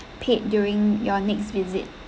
paid during your next visit